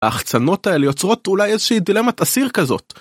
ההחצנות האלה יוצרות אולי איזושהי דילמת אסיר כזאת